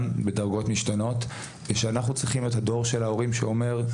בדרגות משתנות ואנחנו צריכים להיות הדור של ההורים שאומר,